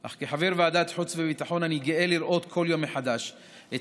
אך כחבר ועדת החוץ והביטחון אני גאה לראות כל יום מחדש את